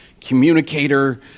communicator